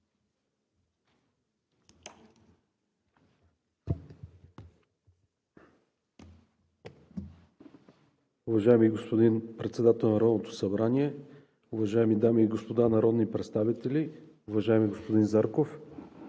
Уважаеми господин Председател на Народното събрание, уважаеми дами и господа народни представители, уважаеми господин Зарков!